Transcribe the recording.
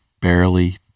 barely